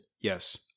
Yes